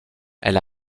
elle